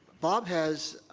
bob has